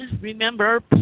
remember